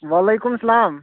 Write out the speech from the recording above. وعلیکُم السلام